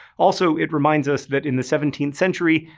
also, it reminds us that in the seventeenth century,